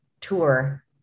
tour